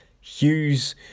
Hughes